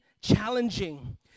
challenging